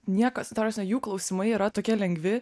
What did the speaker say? niekas ta prasme jų klausimai yra tokie lengvi